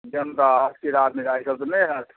गेंदा तीरा मीरा ई सब तऽ नहि होएत